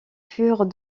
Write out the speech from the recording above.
furent